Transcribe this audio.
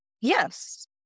Yes